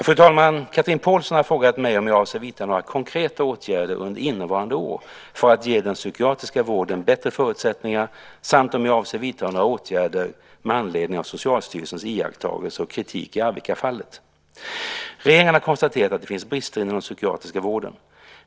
Fru talman! Chatrine Pålsson har frågat mig om jag avser att vidta några konkreta åtgärder under innevarande år för att ge den psykiatriska vården bättre förutsättningar samt om jag avser att vidta några åtgärder med anledning av Socialstyrelsens iakttagelser och kritik i Arvikafallet. Regeringen har konstaterat att det finns brister inom den psykiatriska vården.